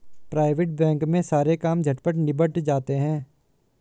private bank में सारे काम झटपट निबट जाते हैं